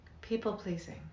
People-pleasing